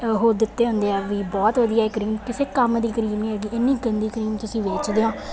ਉਹ ਦਿੱਤੇ ਹੁੰਦੇ ਆ ਵੀ ਬਹੁਤ ਵਧੀਆ ਕਰੀਮ ਕਿਸੇ ਕੰਮ ਦੀ ਕਰੀਮ ਨਹੀਂ ਹੈਗੀ ਇੰਨੀ ਗੰਦੀ ਕਰੀਮ ਤੁਸੀਂ ਵੇਚਦੇ ਹੋ